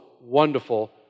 wonderful